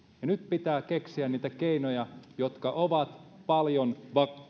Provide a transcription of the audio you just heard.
ja nyt pitää keksiä niitä keinoja jotka ovat paljon